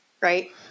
right